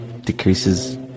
decreases